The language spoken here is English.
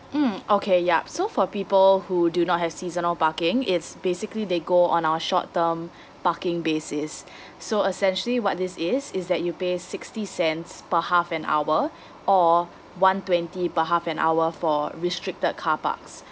mmhmm okay yup so for people who do not have seasonal parking it's basically they go on our short term parking basis so essentially what this is is that you pay sixty cents per half an hour or one twenty per half an hour for restricted car parks